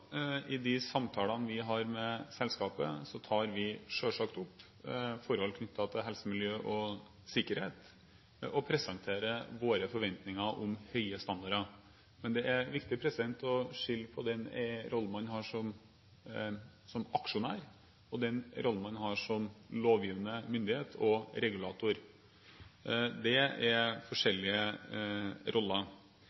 I de samtalene vi har med selskapet, tar vi selvsagt opp forhold knyttet til helse, miljø og sikkerhet og presenterer våre forventninger om høye standarder. Men det er viktig å skille mellom den rollen man har som aksjonær, og den rollen man har som lovgivende myndighet og regulator – det er